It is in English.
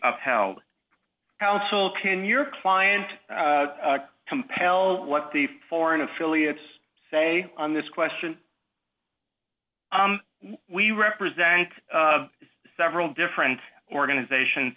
upheld counsel can your client compel what the foreign affiliates say on this question we represent several different organizations